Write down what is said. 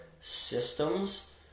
systems